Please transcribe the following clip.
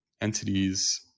entities